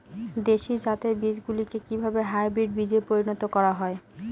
দেশি জাতের বীজগুলিকে কিভাবে হাইব্রিড বীজে পরিণত করা হয়?